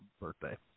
birthday